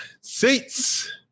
Seats